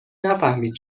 نفهمید